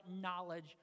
knowledge